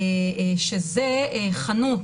שזו חנות